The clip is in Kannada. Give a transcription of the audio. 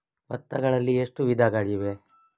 ಭತ್ತಗಳಲ್ಲಿ ಎಷ್ಟು ವಿಧಗಳಿವೆ?